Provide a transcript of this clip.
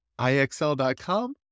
IXL.com